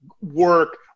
work